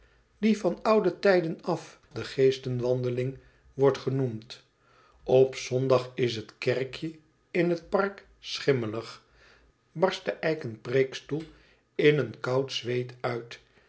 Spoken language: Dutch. die van oude tijden af de geestenwandeling wordt genoemd op zondag is het kerkje in het park schimmelig barst de eiken preekstoel in een koud zweet uit